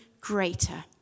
greater